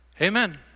Amen